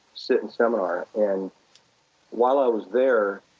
sit in seminar. and while i was there